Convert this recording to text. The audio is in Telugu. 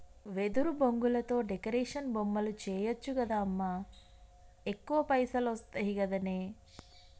వెదురు బొంగులతో డెకరేషన్ బొమ్మలు చేయచ్చు గదా అమ్మా ఎక్కువ పైసలొస్తయి గదనే